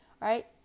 right